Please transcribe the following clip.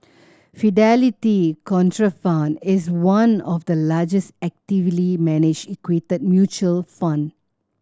Fidelity Contrafund is one of the largest actively managed equity mutual fund